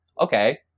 Okay